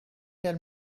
tell